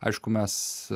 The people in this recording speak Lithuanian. aišku mes